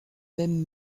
même